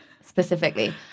specifically